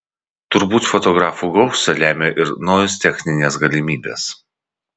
turbūt fotografų gausą lemia ir naujos techninės galimybės